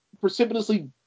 precipitously